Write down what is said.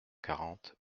quarante